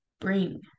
Bring